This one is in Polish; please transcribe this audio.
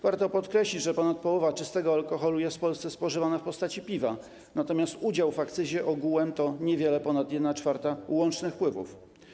Warto podkreślić, że ponad połowa czystego alkoholu jest w Polsce spożywana w postaci piwa, natomiast udział w akcyzie ogółem to niewiele ponad 1/4 łącznych wpływów.